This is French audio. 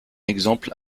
exemple